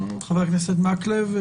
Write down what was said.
חבר הכנסת מקלב?